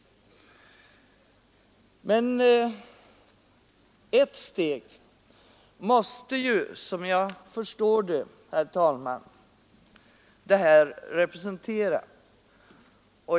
Men, herr talman, ett steg måste ju, som jag förstår, detta representera.